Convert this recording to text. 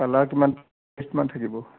colour কিমান কিমান থাকিব